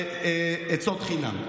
עצות חינם,